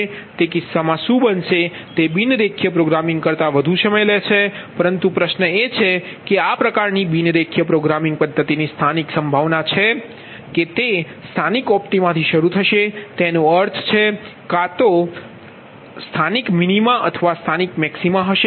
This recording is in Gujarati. તે કિસ્સામાં શું બનશે તે બિન રેખીય પ્રોગ્રામિંગ કરતાં વધુ સમય લે છે પરંતુ પ્રશ્ન એ છે કે આ પ્રકારની બિન રેખીય પ્રોગ્રામિંગ પદ્ધતિની સ્થાનિક સંભાવના છે કે તે સ્થાનિક ઓપ્ટિમાથી શરૂ થશે તેનો અર્થ ક્યાં તો સ્થાનિક મિનિમા અથવા સ્થાનિક મેક્સિમા હશે